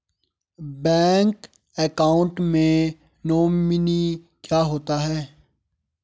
Bank account में nominee क्या होता है?